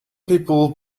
people